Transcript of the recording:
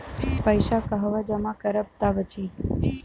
पैसा कहवा जमा करब त बची?